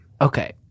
Okay